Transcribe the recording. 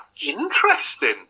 Interesting